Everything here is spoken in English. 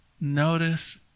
Notice